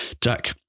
Jack